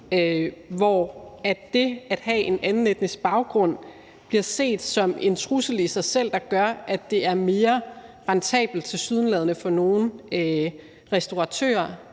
hvor det at have en anden etnisk baggrund bliver set som en trussel i sig selv, der gør, at det tilsyneladende er mere rentabelt for nogle restauratører